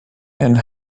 and